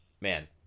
Man